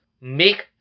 make